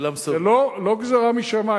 כולם סובלים.